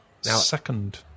second